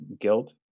guilt